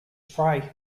prey